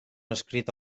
escrit